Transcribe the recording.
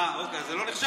אה, אוקיי, אז זה לא נחשב?